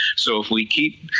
so if we keep